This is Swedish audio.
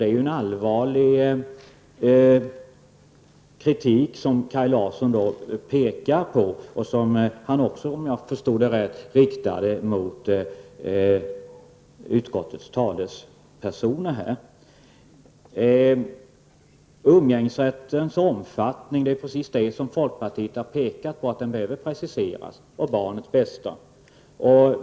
Det är allvarlig kritik som Kaj Larson framför och som han också, om jag har förstått saken rätt, riktar mot utskottets talesmän. Folkpartiet har pekat på att just umgängesrättens omfattning behöver preciseras för barnets bästa.